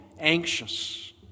anxious